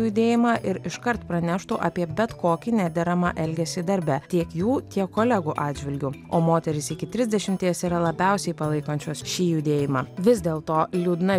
judėjimą ir iškart praneštų apie bet kokį nederamą elgesį darbe tiek jų tiek kolegų atžvilgiu o moterys iki trisdešimties yra labiausiai palaikančios šį judėjimą vis dėl to liūdna